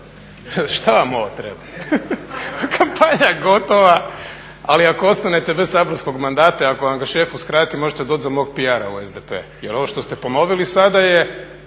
Šta vam ovo treba? kampanja gotova, ali ako ostanete bez saborskog mandata i ako vam ga šef uskrati možete doći za mog PR-a u SDP jel ovo što ste ponovili sada je